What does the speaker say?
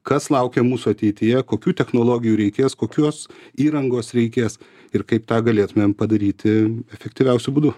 kas laukia mūsų ateityje kokių technologijų reikės kokios įrangos reikės ir kaip tą galėtumėm padaryti efektyviausiu būdu